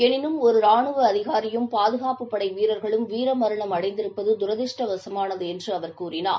எனினும் ஒரு ரானுவ அதிகாரியும் இரண்டு வீரர்களும் வீர மரணம் அடைந்திருப்பது தரதிருஷ்டவசமானது என்று அவர் கூறினார்